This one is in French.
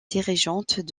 dirigeantes